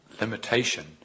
limitation